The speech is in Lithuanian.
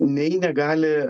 nei negali